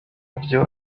byo